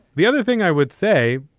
the other thing i would say,